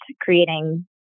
creating